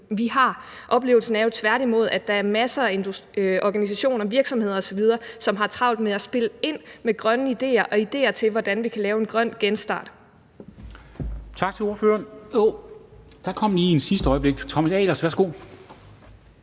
vi har. Oplevelsen er jo tværtimod, at der er masser af organisationer, virksomheder osv., som har travlt med at spille ind med grønne ideer og ideer til, hvordan vi kan lave en grøn genstart. Kl. 10:47 Formanden (Henrik Dam Kristensen): Der kom lige en kort